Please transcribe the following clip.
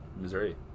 Missouri